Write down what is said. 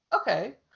okay